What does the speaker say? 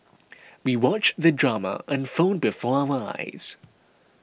we watched the drama unfold before our eyes